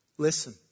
listen